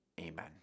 Amen